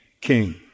king